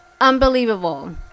unbelievable